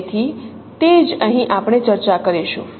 તેથી તે જ અહીં આપણે ચર્ચા કરીશું